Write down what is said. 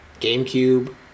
GameCube